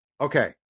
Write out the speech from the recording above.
okay